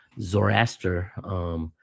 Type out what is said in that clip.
Zoroaster